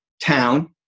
town